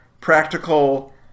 practical